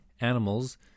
animals